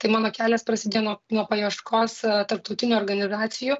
tai mano kelias prasidėjo nuo nuo paieškos tarptautinių organizacijų